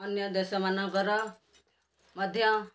ଅନ୍ୟ ଦେଶମାନଙ୍କର ମଧ୍ୟ